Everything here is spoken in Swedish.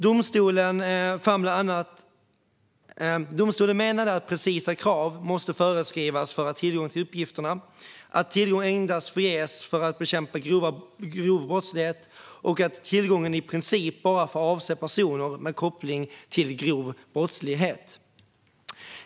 Domstolen menade att precisa krav måste föreskrivas för tillgång till uppgifterna, att tillgång endast får ges för att bekämpa grov brottslighet och att tillgången i princip bara får avse personer med koppling till grov brottslighet.